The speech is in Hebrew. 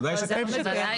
ודאי שכן.